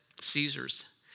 Caesar's